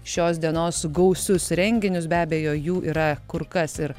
šios dienos gausius renginius be abejo jų yra kur kas ir